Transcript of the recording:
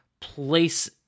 place